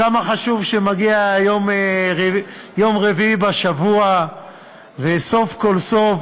כמה חשוב שמגיע יום רביעי בשבוע וסוף כל סוף